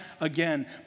again